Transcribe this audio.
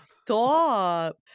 stop